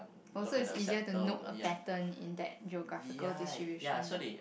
oh so is easier to note a pattern in that geographical distribution lah